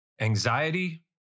Anxiety